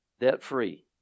debt-free